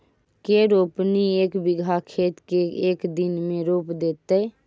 के रोपनी एक बिघा खेत के एक दिन में रोप देतै?